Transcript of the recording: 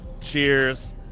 Cheers